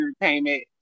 entertainment